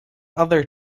other